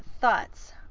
thoughts